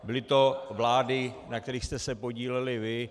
Byly to vlády, na kterých jste se podíleli vy.